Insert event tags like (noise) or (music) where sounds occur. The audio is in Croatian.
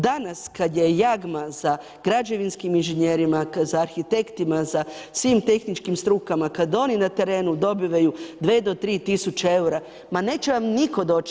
Danas kada je ... (unintelligible) za građevinskim inženjerima, za arhitektima za svim tehničkim strukama, kada oni na terenu dobivaju 2 do 3 tisuće eura ma neće vam nitko doći